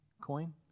coin